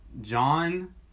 John